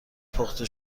پخته